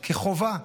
כחובה.